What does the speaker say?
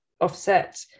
offset